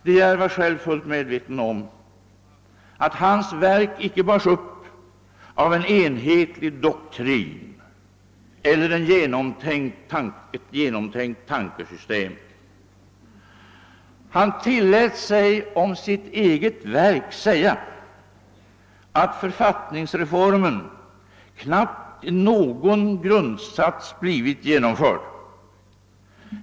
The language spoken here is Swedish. De Geer själv var fullt medveten om att hans verk icke bars upp av en en hetlig doktrin eller av ett genomtänkt tankesystem. Han tillät sig att om sitt eget verk säga, att i författningsreformen knappt någon grundsats blivit genomförd.